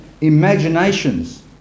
imaginations